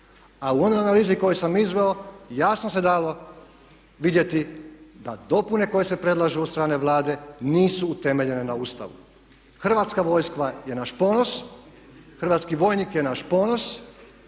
A u onoj analizi koju sam izveo jasno se dalo vidjeti da dopune koje se predlažu od strane Vlade nisu utemeljene na Ustavu. Hrvatska vojska je naš ponos, hrvatski vojnik je naš ponos.